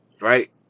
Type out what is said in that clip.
right